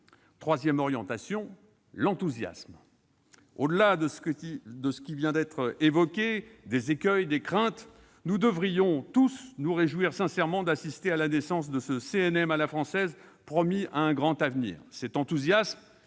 Troisième orientation : l'enthousiasme. Au-delà de ce qui vient d'être évoqué, des écueils, des craintes, nous devrions tous nous réjouir sincèrement d'assister à la naissance de ce « CNM à la française », promis à un grand avenir. Cet enthousiasme